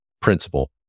principle